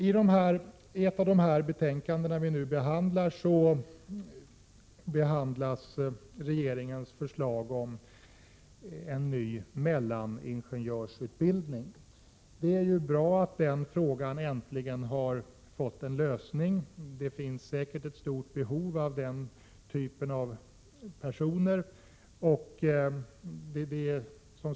I ett av de betänkanden vi nu diskuterar behandlas regeringens förslag om en ny mellaningenjörsutbildning. Det är bra att denna fråga äntligen har fått en lösning. Det finns säkert ett stort behov av personer med denna typ av utbildning.